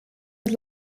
het